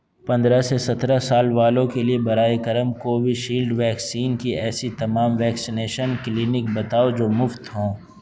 پندرہ سے سترہ سال والوں کے لیے برائے کرم کوویشیلڈ ویکسین کی ایسی تمام ویکسینیشن کلینک بتاؤ جو مفت ہوں